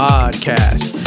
Podcast